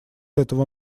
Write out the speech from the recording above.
этого